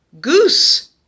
goose